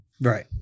Right